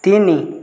ତିନି